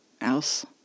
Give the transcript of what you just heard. else